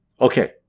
Okay